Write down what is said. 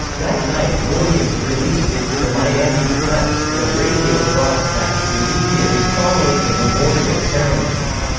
that night williams released it to the miami press in a radio broadcast immediately following the memorial ceremony.